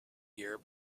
year